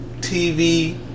TV